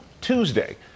Tuesday